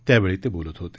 त्यावेळी ते बोलत होते